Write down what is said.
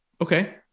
okay